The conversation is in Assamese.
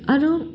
আৰু